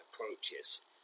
approaches